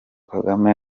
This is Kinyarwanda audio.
kagame